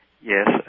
Yes